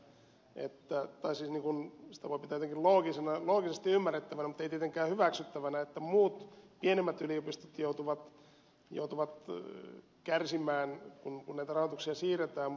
minä nyt jotenkin ymmärrän sen tai sitä voi pitää jotenkin loogisesti ymmärrettävänä mutta ei tietenkään hyväksyttävänä että muut pienemmät yliopistot joutuvat kärsimään kun näitä rahoituksia siirretään